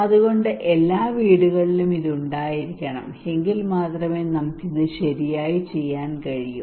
അതുകൊണ്ട് എല്ലാ വീടുകളിലും ഇത് ഉണ്ടായിരിക്കണം എങ്കിൽ മാത്രമേ നമുക്ക് ഇത് ശരിയായി ചെയ്യാൻ കഴിയൂ